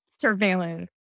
surveillance